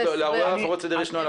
לאירועי הפרות סדר יש נוהל אחר.